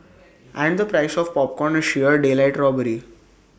and the price of popcorn is sheer daylight robbery